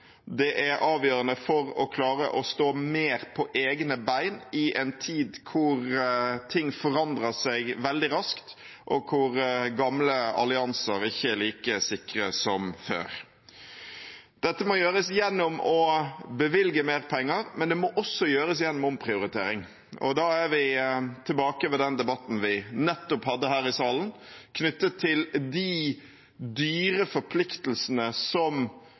det er avgjørende for å klare å stå mer på egne bein i en tid da ting forandrer seg veldig raskt og gamle allianser ikke er like sikre som før. Dette må gjøres gjennom å bevilge mer penger, men det må også gjøres gjennom omprioritering. Da er vi tilbake ved den debatten vi nettopp hadde her i salen, knyttet til de dyre forpliktelsene som